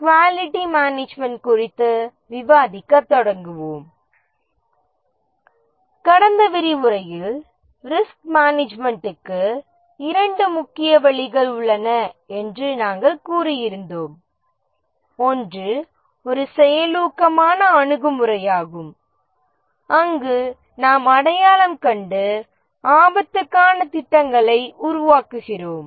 quality management குறித்து விவாதிக்கத் தொடங்குவோம் கடந்த விரிவுரையில் ரிஸ்க் மேனேஜ்மென்டிற்கு இரண்டு முக்கிய வழிகள் உள்ளன என்று நாம் கூறியிருந்தோம் ஒன்று ஒரு செயலூக்கமான அணுகுமுறையாகும் அங்கு நாம் ரிஸ்க்கை அடையாளம் கண்டு ரிஸ்க்கை தவிர்க்கும் திட்டங்களை உருவாக்குகிறோம்